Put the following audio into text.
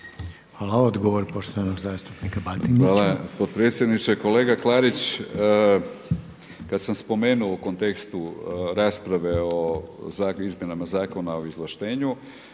lijepa. Odgovor poštovanog zastupnika Batinića. **Batinić, Milorad (HNS)** Hvala potpredsjedniče. Kolega Klarić, kada sam spomenuo u kontekstu rasprave o izmjenama Zakona o izvlaštenju